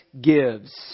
gives